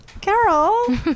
Carol